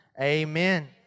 amen